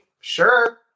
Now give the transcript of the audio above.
Sure